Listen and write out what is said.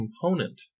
component